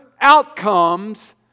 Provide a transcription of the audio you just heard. outcomes